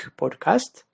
podcast